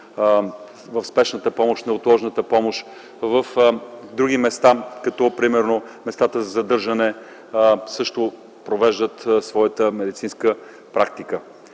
в спешната, неотложната помощ; на други места, като примерно местата за задържане, в които също провеждат своята медицинска практика.